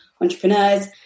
entrepreneurs